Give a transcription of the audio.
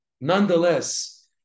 nonetheless